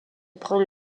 prendre